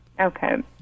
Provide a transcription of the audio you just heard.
Okay